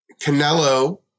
Canelo